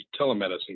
telemedicine